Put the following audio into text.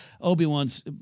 Obi-Wan's